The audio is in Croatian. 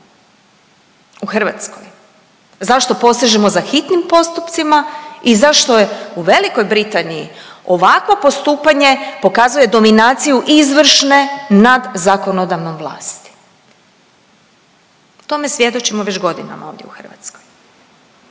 u Hrvatskoj, zašto posežemo za hitnim postupcima i zašto u Velikoj Britaniji ovakvo postupanje pokazuje dominaciju izvršne nad zakonodavnom vlasti? Tome svjedočimo već godinama ovdje u Hrvatskoj.